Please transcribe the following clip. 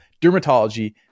dermatology